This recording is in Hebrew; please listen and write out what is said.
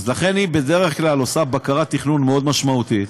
לכן היא בדרך כלל עושה בקרת תכנון מאוד משמעותית,